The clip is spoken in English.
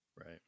Right